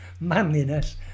manliness